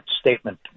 statement